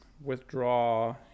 withdraw